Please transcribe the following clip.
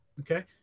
Okay